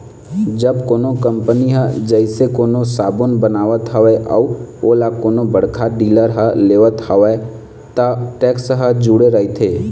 जब कोनो कंपनी ह जइसे कोनो साबून बनावत हवय अउ ओला कोनो बड़का डीलर ह लेवत हवय त टेक्स ह जूड़े रहिथे